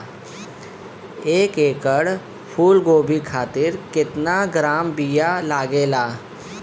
एक एकड़ फूल गोभी खातिर केतना ग्राम बीया लागेला?